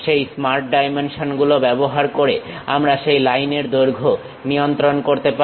সেই স্মার্ট ডাইমেনশনগুলো ব্যবহার করে আমরা সেই লাইনের দৈর্ঘ্য নিয়ন্ত্রণ করতে পারি